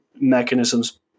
mechanisms